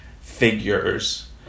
figures